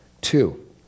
Two